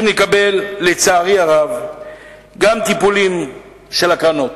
ולצערי הרב צריכים לקבל טיפולים של הקרנות,